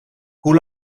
hoe